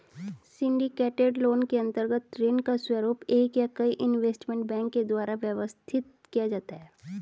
syndicated loan के अंतर्गत ऋण का स्वरूप एक या कई इन्वेस्टमेंट बैंक के द्वारा व्यवस्थित किया जाता है